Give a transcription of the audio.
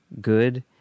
good